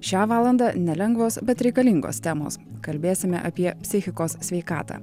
šią valandą nelengvos bet reikalingos temos kalbėsime apie psichikos sveikatą